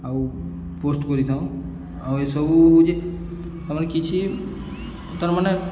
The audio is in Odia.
ଆଉ ପୋଷ୍ଟ କରିଥାଉ ଆଉ ଏସବୁ ହେଉଛି ଆମାନେ କିଛି ତା'ର ମାନେ